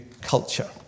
culture